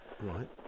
Right